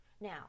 Now